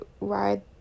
ride